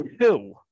two